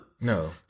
no